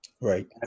Right